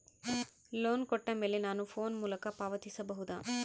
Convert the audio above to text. Loan ಕೊಟ್ಟ ಮೇಲೆ ನಾನು ಫೋನ್ ಮೂಲಕ ಪಾವತಿಸಬಹುದಾ?